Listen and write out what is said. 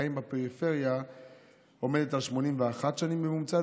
החיים בפריפריה עומדת על 81 שנים בממוצע,